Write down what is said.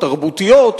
התרבותיות,